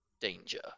danger